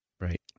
Right